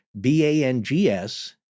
B-A-N-G-S